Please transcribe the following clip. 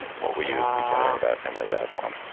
what will you be chattering about emily bazelon